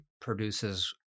produces